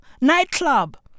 nightclub